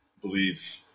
believe